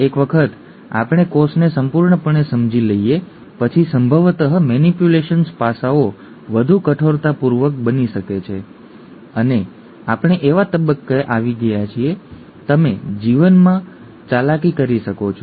એક વખત આપણે કોષને સંપૂર્ણપણે સમજી લઈએ પછી સંભવતઃ મેનિપ્યુલેશન્સ પાસાંઓ વધુ કઠોરતાપૂર્ણ બની શકે છે અને આપણે એવા તબક્કે આવી ગયા છીએ જ્યાં તમે જીવનમાં ચાલાકી કરી શકો છો